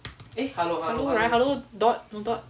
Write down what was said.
hello right hello dot not dot